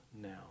now